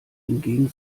hingegen